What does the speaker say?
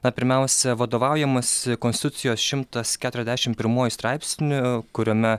na pirmiausia vadovaujamasi konstitucijos šimtas keturiasdešim pirmuoju straipsniu kuriame